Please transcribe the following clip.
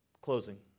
Closing